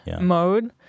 mode